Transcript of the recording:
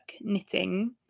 knitting